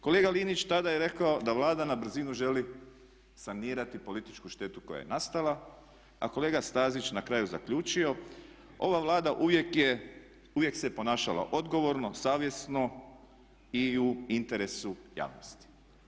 Kolega Linić tada je rekao da Vlada na brzinu želi sanirati političku štetu koja je nastala, a kolega Stazić na kraju zaključio ova Vlada uvijek se ponašala odgovorno, savjesno i u interesu javnosti.